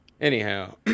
Anyhow